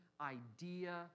idea